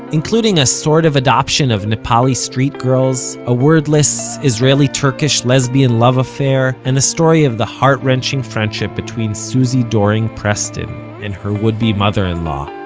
including a sort-of sort of adoption of nepali street girls, a wordless israeli-turkish lesbian love affair, and the story of the heart-wrenching friendship between susi doring preston and her would-be-mother-in-law,